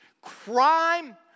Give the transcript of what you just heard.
Crime